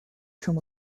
come